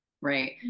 Right